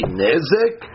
nezek